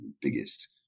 biggest